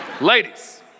Ladies